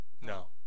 No